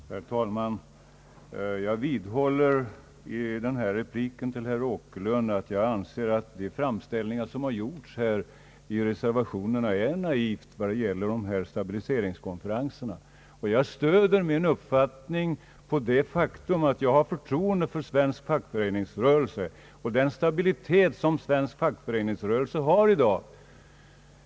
Herr talman! Jag vidhåller vad jag redan sagt till herr Åkerlund att jag anser att de framställningar om stabiliseringskonferenser som gjorts i reservationerna är naiva. Jag stöder min uppfattning på det faktum att jag har för troende för svensk fackföreningsrörelse och den stabilitet som svensk fackföreningsrörelse har i dag.